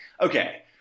okay